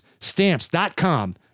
stamps.com